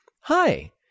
Hi